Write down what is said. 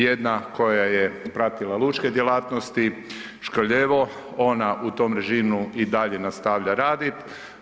Jedna koja je pratila lučke djelatnosti Škrljevo, ona u tom režimu i dalje nastavlja radit.